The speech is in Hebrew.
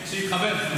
שיתחבר.